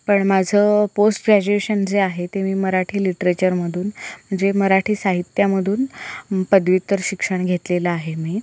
पण माझं post graduation जे आहे ते मी मराठी लिटरेचरमधून जे मराठी साहित्यामधून पदव्युत्तर शिक्षण घेतलेलं आहे मी